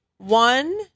One